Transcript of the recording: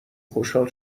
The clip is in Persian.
خوشحال